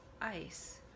ice